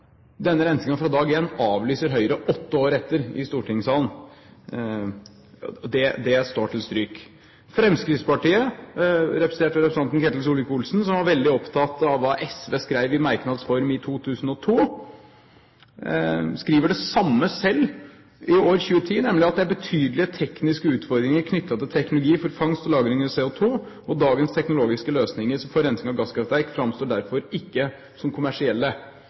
Denne rensingen fra dag én avlyser Høyre åtte år etter i stortingssalen. Det står til stryk. Fremskrittspartiet, representert ved representanten Ketil Solvik-Olsen, som var veldig opptatt av hva SV skrev i merknads form i 2002, skriver det samme selv i år 2010, nemlig at «det er betydelige tekniske utfordringer knyttet til teknologi for fangst og lagring av CO2, og dagens teknologiske løsninger for rensing av gasskraftverk fremstår derfor ikke som kommersielle.»